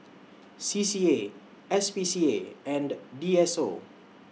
C C A S P C A and D S O